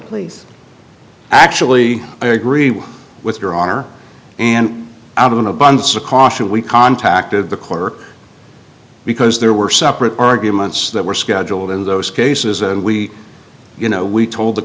please actually i agree with your honor and out of an abundance of caution we contacted the clerk because there were separate arguments that were scheduled in those cases and we you know we told the